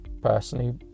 personally